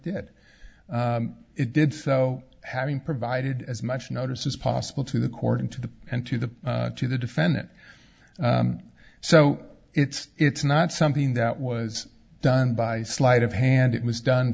did it did so having provided as much notice as possible to the court and to the end to the to the defendant so it's it's not something that was done by sleight of hand it was done